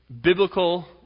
biblical